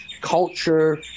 culture